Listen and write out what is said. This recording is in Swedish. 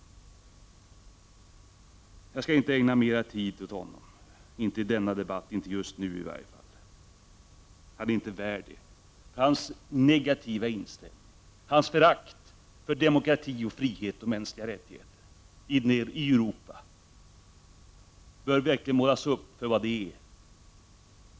Jag skall inte ägna mer tid åt Per Gahrton, i varje fall inte i denna debatt — han är inte värd det. Hans negativa inställning, hans förakt för demokrati, frihet och mänskliga rättigheter i Europa, bör verkligen målas upp för vad det är.